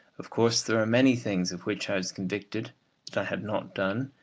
of course there are many things of which i was convicted that i had not done,